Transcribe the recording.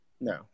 No